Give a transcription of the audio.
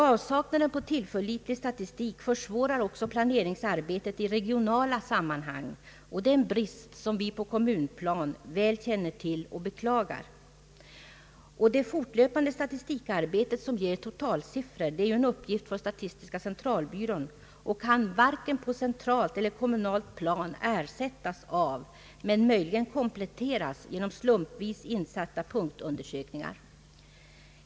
Avsaknaden av tillförlitlig statistik försvårar också planeringsarbetet i regionala sammanhang, och det är en brist som vi på det kommunala planet väl känner till och beklagar. Det fortlöpande statistikarbetet, som ger totalsiffror, är en uppgift för statistiska centralbyrån och kan varken på centralt eller kommunalt plan ersättas av men möjligen kompletteras av slumpvis insatta punktundersökning ar.